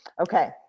Okay